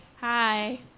Hi